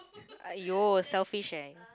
!aiyo! selfish eh